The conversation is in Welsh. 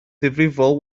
ddifrifol